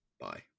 Bye